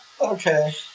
Okay